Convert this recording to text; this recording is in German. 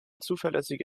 zuverlässige